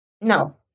No